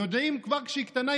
יודעים כבר כשהיא קטנה,